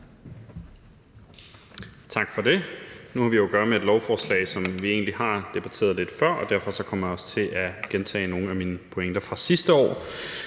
Tak for det. Nu har vi jo at gøre med et lovforslag, som vi egentlig har debatteret før, og derfor kommer jeg også til at gentage nogle af mine pointer fra sidste år.